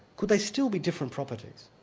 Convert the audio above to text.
could they still be different properties?